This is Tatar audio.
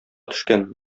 төшкән